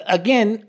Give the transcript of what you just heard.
again